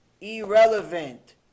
irrelevant